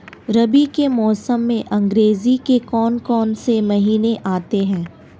रबी के मौसम में अंग्रेज़ी के कौन कौनसे महीने आते हैं?